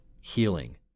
healing